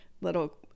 little